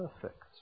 perfect